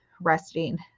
resting